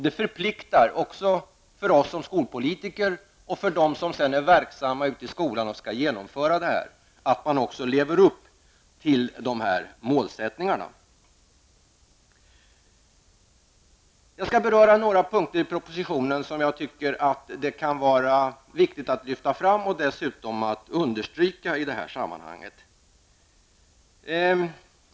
Det förpliktar också oss såsom skolpolitiker och dem som är verksamma ute i skolan och skall genomföra det. De måste leva upp till dessa målsättningar. Jag skall beröra några punkter i propositionen som jag tycker att det är viktigt att lyfta fram och dessutom understryka i detta sammanhang.